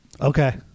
Okay